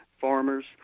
farmers